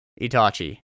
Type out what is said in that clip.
Itachi